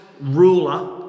ruler